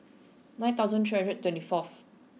nine thousand three hundred twenty fourth